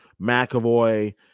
McAvoy